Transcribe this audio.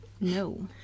No